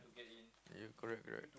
yeah correct correct